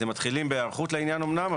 אתם מתחילים בהיערכות לעניין אמנם,